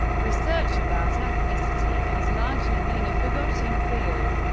research about ethnicity has largely been a forgotten field,